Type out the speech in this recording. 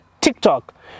TikTok